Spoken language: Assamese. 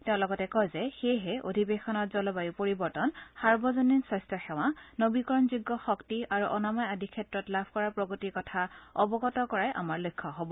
তেওঁ লগতে কয় যে সেয়েহে অধিবেশনত জলবায়ু পৰিৱৰ্তন সাৰ্বজনীন স্বাস্থ্য সেৱা নবীকৰণযোগ্য শক্তি আৰু অনাময় আদি ক্ষেত্ৰত লাভ কৰা প্ৰগতিৰ কথা অৱগত কৰাই আমাৰ লক্ষ্য হ'ব